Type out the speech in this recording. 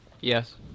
Yes